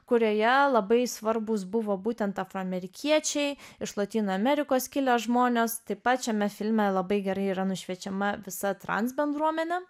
kurioje labai svarbūs buvo būtent afroamerikiečiai iš lotynų amerikos kilę žmonės taip pat šiame filme labai gerai yra nušviečiama visa trans bendruomenė